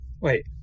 wait